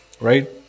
right